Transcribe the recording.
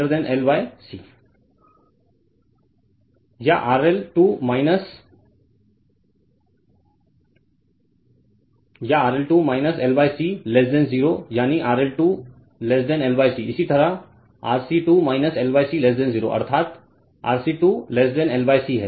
Refer Slide Time 0627 या RL 2 L C 0 यानी RL 2 L C इसी तरह RC 2 L C 0 अर्थात RC 2 L C है